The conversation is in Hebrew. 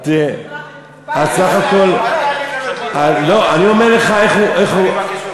אל תעליב, לא, אני אומר לך איך, אני מבקש ממך.